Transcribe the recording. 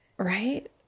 Right